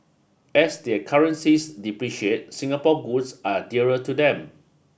as their currencies depreciate Singapore goods are dearer to them